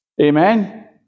Amen